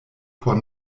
por